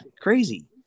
crazy